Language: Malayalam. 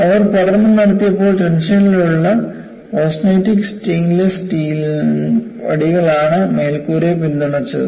അവർ പഠനം നടത്തിയപ്പോൾ ടെൻഷനിലുള്ള ഓസ്റ്റെനിറ്റിക് സ്റ്റെയിൻലെസ് സ്റ്റീൽ വടികളാണ് മേൽക്കൂരയെ പിന്തുണച്ചത്